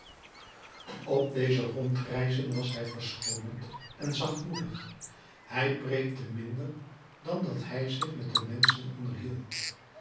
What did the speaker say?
op deze rondreizen was hij verschoonend en zachtmoedig hij preekte minder dan dat hij zich met de menschen onderhield